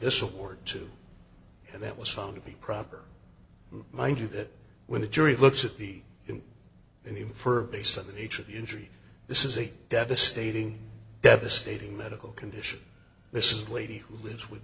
this award to and that was found to be proper mind you that when the jury looks at the infer based on the nature of the injury this is a devastating devastating medical condition this is lady who lives with